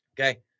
Okay